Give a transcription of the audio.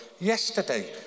yesterday